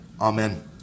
Amen